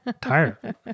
tired